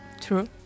True